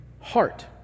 heart